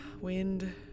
Wind